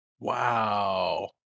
Wow